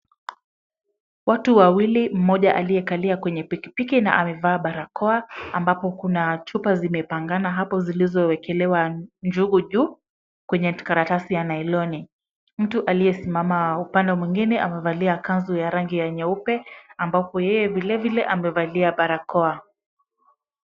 Watu wawili , mmoja aliyekalia kwenye pikipiki na amevaa barakoa ambapo kuna chupa zimepangana hapo zilizowekelewa njugu juu na kwenye karatasi ya nailoni . Mtu aliyesimama upande mwingine amevalia kanzu ya rangi ya nyeupe ambapo yeye vilevile amevalia barakoa.